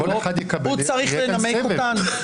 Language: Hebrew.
הוא צריך לנמק אותן.